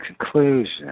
conclusion